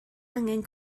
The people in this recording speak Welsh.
angen